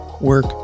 work